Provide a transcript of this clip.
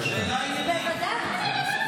שאלה עניינית.